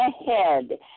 ahead